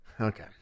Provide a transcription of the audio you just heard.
Okay